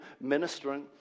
ministering